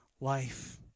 life